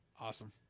awesome